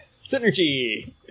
Synergy